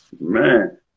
man